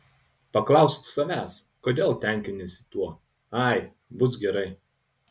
paklausk savęs kodėl tenkiniesi tuo ai bus gerai